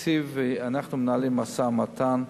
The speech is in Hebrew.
אנחנו מנהלים משא-ומתן,